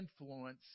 influence